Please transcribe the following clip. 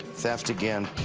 theft again,